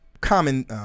common